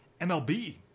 MLB